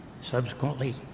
subsequently